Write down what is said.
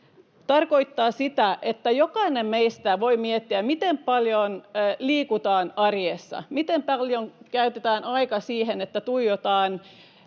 tarkoittaa sitä, että jokainen meistä voi miettiä, miten paljon liikutaan arjessa, miten paljon käytetään aikaa siihen, että